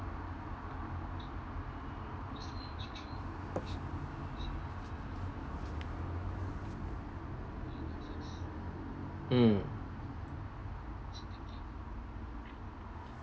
mm